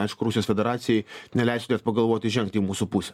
aišku rusijos federacijai neleistų net pagalvoti žengti į mūsų pusę